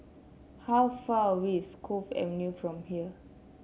how far away is Cove Avenue from here